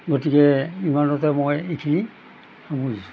গতিকে ইমানতে মই এইখিনি সামৰিছোঁ